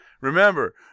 Remember